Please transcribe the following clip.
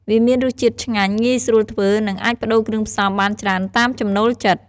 វាមានរសជាតិ ឆ្ងាញ់ ងាយស្រួលធ្វើ និងអាចប្ដូរគ្រឿងផ្សំបានច្រើនតាមចំណូលចិត្ត។